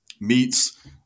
meets